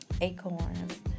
Acorns